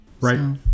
right